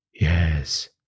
Yes